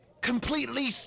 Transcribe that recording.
completely